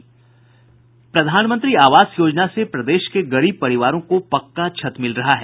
प्रधानमंत्री आवास योजना से प्रदेश के गरीब परिवारों को पक्का छत मिल रहा है